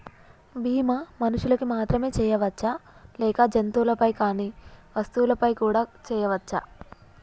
బీమా మనుషులకు మాత్రమే చెయ్యవచ్చా లేక జంతువులపై కానీ వస్తువులపై కూడా చేయ వచ్చా?